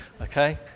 Okay